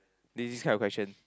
this type of question